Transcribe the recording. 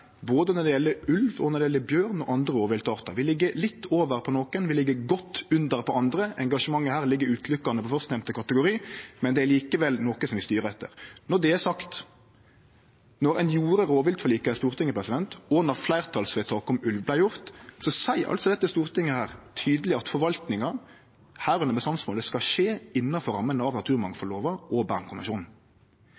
både når det gjeld ulv, og når det gjeld bjørn og andre rovviltartar. Vi ligg litt over på nokon, vi ligg godt under på andre – engasjementet her ligg utelukkande på førstnemnde kategori, men det er likevel noko som vi styrer etter. Når det er sagt: Då ein behandla rovviltforlika i Stortinget, og då fleirtalsvedtaket om ulv vart gjort, sa altså dette stortinget tydeleg at forvaltninga, medrekna bestandsmålet, skal skje innanfor rammene av